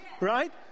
right